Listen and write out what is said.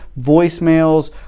voicemails